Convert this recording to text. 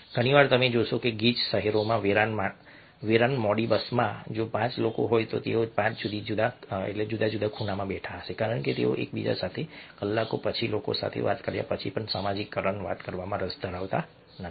ઘણી વાર તમે જોશો કે ગીચ શહેરમાં વેરાન મોડી બસમાં જો 5 લોકો હોય તો તેઓ 5 જુદા જુદા ખૂણામાં બેઠા હશે કારણ કે તેઓ એકબીજા સાથે કલાકો પછી લોકો સાથે વાત કર્યા પછી પણ સામાજિકકરણ વાત કરવામાં રસ ધરાવતા નથી